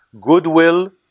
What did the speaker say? Goodwill